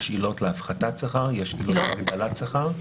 יש עילות להפחתת שכר ויש עילות להעלאת שכר.